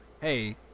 hey